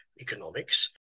economics